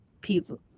people